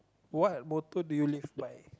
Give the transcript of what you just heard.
what motto do you live by